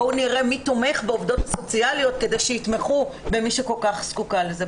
בואו נראה מי תומך בעובדות סוציאליות כדי שיתמכו במי שכל כך זקוקה לזה,